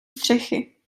střechy